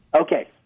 Okay